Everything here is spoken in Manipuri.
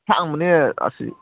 ꯑꯁꯥꯡꯕꯅꯦ ꯑꯁꯤ